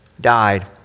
died